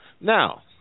Now